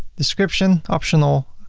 description optional.